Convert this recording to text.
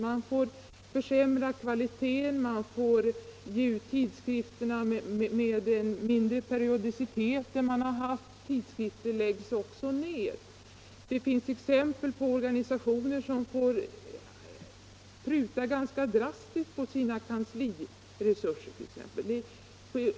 Man får försämra kvaliteten, ge ut tidskrifterna mindre ofta än tidigare; och tidskrifter läggs även ned. Det finns exempel på organisationer som får pruta ganska drastiskt på sina kansliresurser.